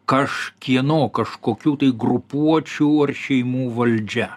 kažkieno kažkokių tai grupuočių ar šeimų valdžia